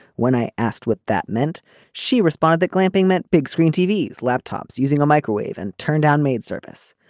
when i asked what that meant she responded that clamping meant big screen tv laptops using a microwave and turned down maid service.